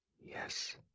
Yes